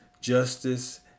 justice